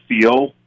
feel